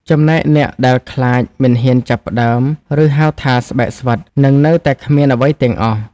ចំណែកអ្នកដែលខ្លាចមិនហ៊ានចាប់ផ្ដើម ឬ ហៅថាស្បែកស្វិត នឹងនៅតែគ្មានអ្វីទាំងអស់។